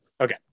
Okay